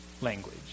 language